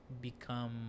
become